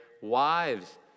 wives